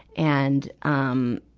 and, um,